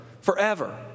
forever